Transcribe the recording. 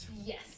Yes